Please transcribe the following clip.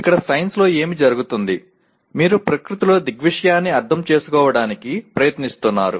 ఇక్కడ సైన్స్లో ఏమి జరుగుతుంది మీరు ప్రకృతిలో దృగ్విషయాన్ని అర్థం చేసుకోవడానికి ప్రయత్నిస్తున్నారు